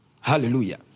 Hallelujah